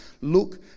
look